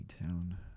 town